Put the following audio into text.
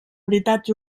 veritats